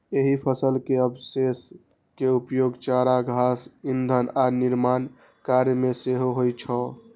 एहि फसल के अवशेष के उपयोग चारा, घास, ईंधन आ निर्माण कार्य मे सेहो होइ छै